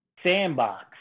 sandbox